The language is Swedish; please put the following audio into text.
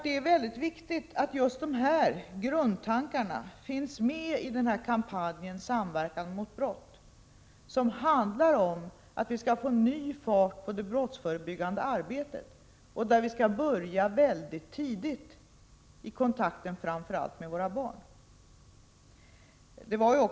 Det är väldigt viktigt att just dessa grundtankar finns med i kampanjen ”samverkan mot brott”, som handlar om att vi skall få ny fart på det brottsförebyggande arbetet och där vi skall börja väldigt tidigt i kontakterna framför allt med våra barn.